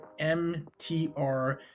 mtr